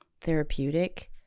therapeutic